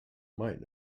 might